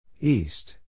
East